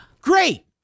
Great